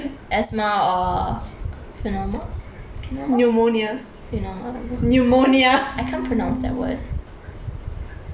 asthma or I can't pronounce that word